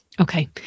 Okay